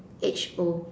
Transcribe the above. age old